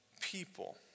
people